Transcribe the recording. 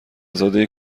زاده